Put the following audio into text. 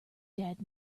dad